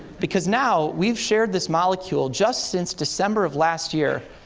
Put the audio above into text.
because now, we've shared this molecule, just since december of last year,